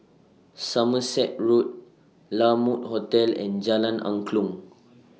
Somerset Road La Mode Hotel and Jalan Angklong